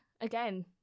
again